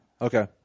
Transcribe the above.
okay